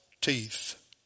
teeth